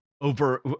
over